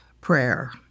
prayer